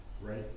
Right